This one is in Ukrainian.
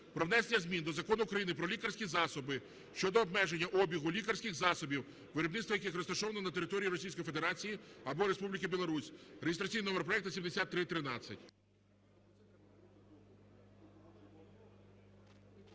про внесення змін до Закону України "Про лікарські засоби" щодо обмеження обігу лікарських засобів, виробництво яких розташовано на території Російської Федерації або Республіки Білорусь (реєстраційний номер проекту 7313).